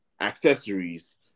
Accessories